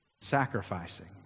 sacrificing